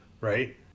right